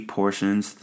portions